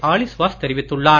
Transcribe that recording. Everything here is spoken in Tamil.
ஆலிஸ் வாஸ் தெரிவித்துள்ளார்